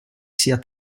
sia